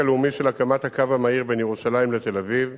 הלאומי של הקמת הקו המהיר בין ירושלים לתל-אביב,